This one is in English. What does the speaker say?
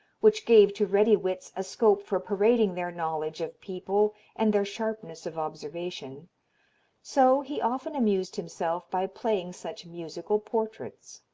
which gave to ready wits a scope for parading their knowledge of people and their sharpness of observation so he often amused himself by playing such musical portraits.